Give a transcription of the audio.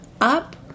up